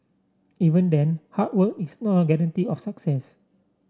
even then hard work is no guarantee of success